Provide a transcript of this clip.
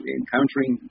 encountering